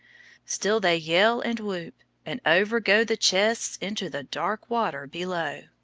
still they yell and whoop and over go the chests into the dark water below.